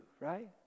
right